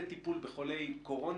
בטיפול בחולי קורונה,